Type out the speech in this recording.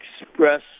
express